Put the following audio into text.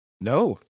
No